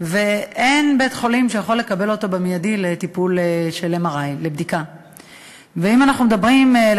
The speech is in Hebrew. ואין בית-חולים שיכול לקבל אותו מייד לבדיקת MRI. אם אנחנו מדברים על